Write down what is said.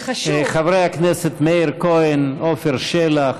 חברי הכנסת מאיר כהן ועפר שלח,